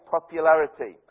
Popularity